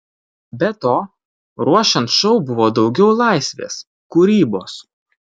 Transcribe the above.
be to ruošiant šou buvo daugiau laisvės kūrybos